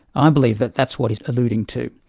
i believe that that's what he's alluding to.